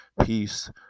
Peace